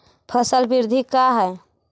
फसल वृद्धि का है?